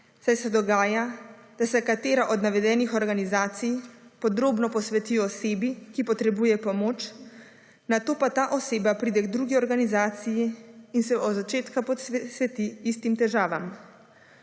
saj se dogaja, da se katera od navedenih organizacij podrobno posveti osebi, ki potrebuje pomoč, nato pa ta oseba pride k drugi organizaciji in se od začetka posveti istim težavam.